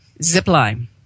Zipline